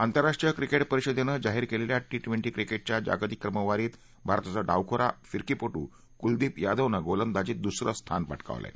आंतरराष्ट्रीय क्रिकेट परिषदेनं जाहीर केलेल्या टी ट्वेंटी क्रिकेटच्या जागतिक क्रमवारीत भारताचा डावखुरा फिरकीपटू कुलदीप यादवनं गोलंदाजीत दुसरं स्थान पटकावलं आहे